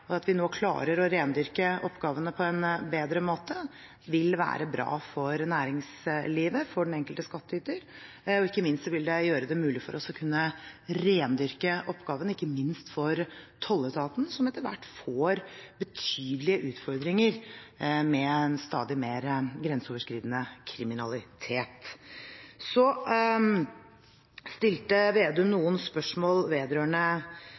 og at vi nå klarer å rendyrke oppgavene på en bedre måte, vil være bra for næringslivet, for den enkelte skattyter, og ikke minst vil det gjøre det mulig for oss å kunne rendyrke oppgavene, ikke minst for tolletaten, som etter hvert får betydelige utfordringer med en stadig mer grenseoverskridende kriminalitet. Så stilte Slagsvold Vedum noen spørsmål vedrørende